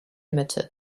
ltd